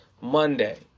Monday